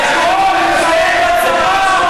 שיתגייס לצבא, או,